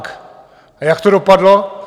A jak to dopadlo?